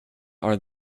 are